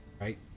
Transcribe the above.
right